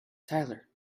tyler